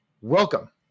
Welcome